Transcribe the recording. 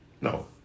no